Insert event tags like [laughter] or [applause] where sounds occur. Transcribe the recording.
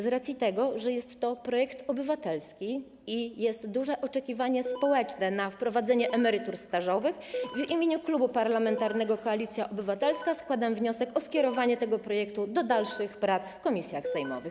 Z racji tego, że jest to projekt obywatelski i jest duże oczekiwanie [noise] społeczne, jeśli chodzi o wprowadzenie emerytur stażowych, w imieniu Klubu Parlamentarnego Koalicja Obywatelska składam wniosek o skierowanie tego projektu do dalszych prac w komisjach sejmowych.